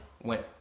Went